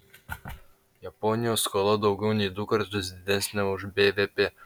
japonijos skola daugiau nei du kartus didesnė už bvp